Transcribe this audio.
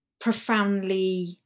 profoundly